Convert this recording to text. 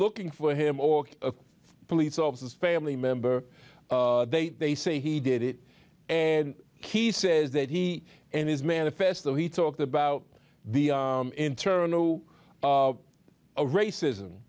looking for him or police officers family member they they say he did it and he says that he and his manifesto he talked about the internal a racism